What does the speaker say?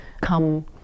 come